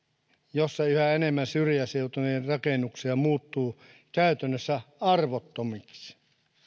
jossa yhä enemmän syrjäseutujen rakennuksia muuttuu käytännössä arvottomiksi